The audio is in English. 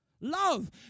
love